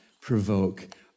provoke